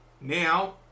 Now